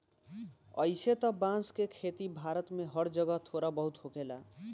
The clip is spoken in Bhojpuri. अइसे त बांस के खेती भारत में हर जगह थोड़ा बहुत होखेला